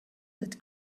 but